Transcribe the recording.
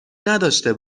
نداشته